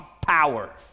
power